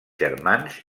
germans